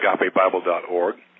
agapebible.org